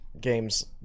games